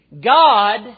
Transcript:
God